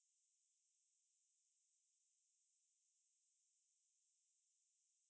then like sometimes no time to drink or to go toilet you know